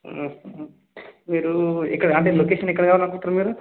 మీరు ఇక్కడ అంటే లొకేషన్ ఎక్కడ కావాలనుకుంటుర్రు మీరు